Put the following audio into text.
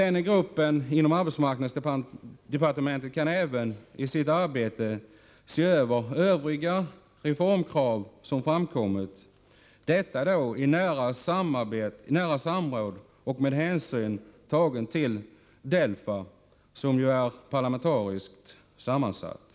Denna grupp inom arbetsmarknadsdepartementet kan även se över övriga reformkrav som framkommit, detta i nära samråd och med hänsyn tagen till DELFA, som är parlamentariskt sammansatt.